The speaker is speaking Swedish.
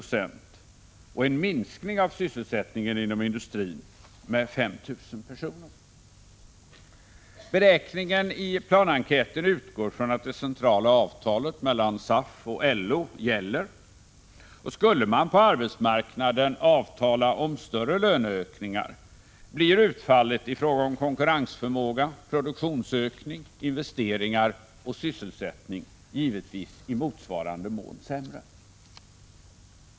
1985/86:163 av sysselsättningen inom industrin med 5 000 personer. När det gäller 5 juni 1986 beräkningen i planenkäten utgår man från att det centrala avtalet mellan SAF och LO gäller. Och skulle man på arbetsmarknaden avtala om större löneökningar, blir utfallet i fråga om konkurrensförmåga, produktionsökning, investeringar och sysselsättning givetvis i motsvarande mån sämre.